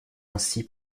ainsi